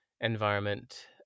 environment